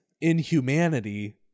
inhumanity